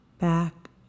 Back